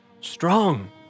Strong